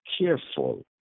careful